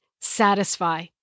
satisfy